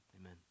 Amen